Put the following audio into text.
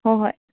ꯍꯣꯏ ꯍꯣꯏ